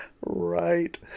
Right